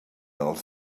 els